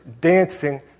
dancing